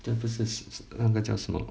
then 不是刚才叫什么